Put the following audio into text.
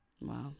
wow